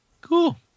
Cool